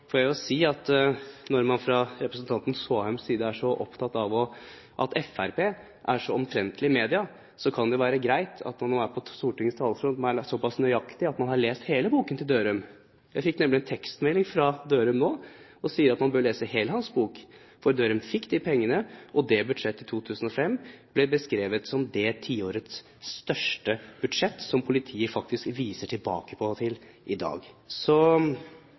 jeg jo si at når man fra representanten Håheims side er så opptatt av at Fremskrittspartiet er så omtrentlig i media, kan det jo være greit at man når man er på Stortingets talerstol, er såpass nøyaktig at man har lest hele boken til Dørum. Jeg fikk nemlig en tekstmelding fra Dørum nå som sier at man bør lese hele boken hans, for Dørum fikk de pengene. Og det budsjettet i 2005 ble beskrevet som det tiårets største budsjett, som politiet faktisk viser til av og til i dag. Så